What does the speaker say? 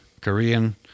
Korean